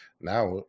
now